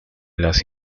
las